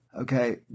Okay